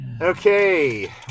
okay